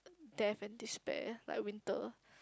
death and despair like winter